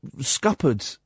scuppered